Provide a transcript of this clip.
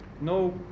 No